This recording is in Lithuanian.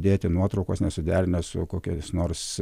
dėti nuotraukos nesiderinę su kokiais nors